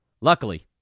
Luckily